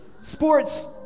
sports